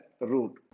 route